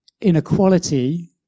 inequality